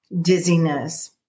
dizziness